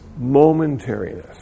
Momentariness